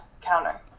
counter